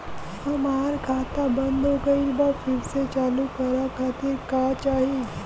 हमार खाता बंद हो गइल बा फिर से चालू करा खातिर का चाही?